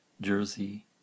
jersey